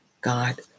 God